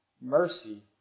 Mercy